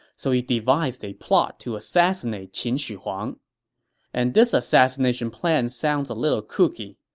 so he devised a plot to assassinate qin shi huang and this assassination plan sounds a little kooky.